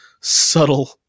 subtle